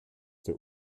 der